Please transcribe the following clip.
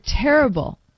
terrible